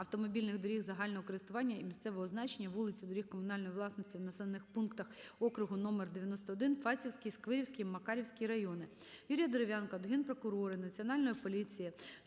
автомобільних доріг загального користування місцевого значення, вулиць і доріг комунальної власності у населених пунктах округу № 91 (Фастівський, Сквирський, Макарівський райони).